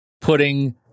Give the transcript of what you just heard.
putting